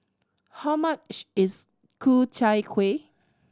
how much is Ku Chai Kueh